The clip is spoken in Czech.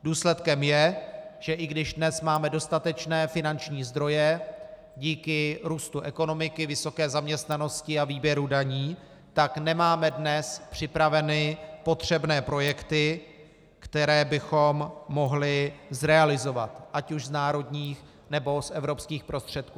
Důsledkem je, že i když dnes máme dostatečné finanční zdroje díky růstu ekonomiky, vysoké zaměstnanosti a výběru daní, tak nemáme dnes připraveny potřebné projekty, které bychom mohli zrealizovat, ať už z národních, nebo evropských prostředků.